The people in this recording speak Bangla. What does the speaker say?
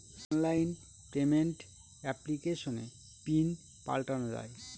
অনলাইন পেমেন্ট এপ্লিকেশনে পিন পাল্টানো যায়